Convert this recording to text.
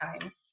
times